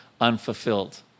unfulfilled